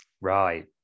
Right